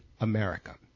America